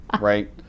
right